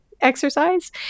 exercise